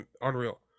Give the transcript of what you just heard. unreal